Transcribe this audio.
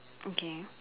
okay